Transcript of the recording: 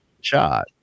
shot